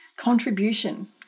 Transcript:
Contribution